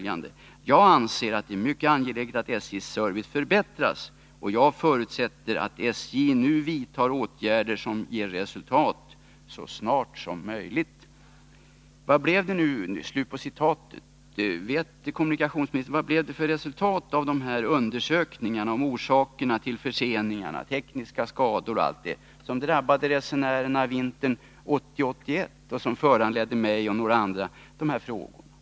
Jag anser att det är mycket angeläget att SJ:s service förbättras, och jag förutsätter att SJ nu vidtar åtgärder som ger resultat så snart som möjligt.” Vet kommunikationsministern vad det blev för resultat av dessa undersökningar om orsakerna till förseningarna, de tekniska skadorna m.m., som drabbade resenärerna vintern 1981 och som föranledde mig och några andra att ställa dessa frågor?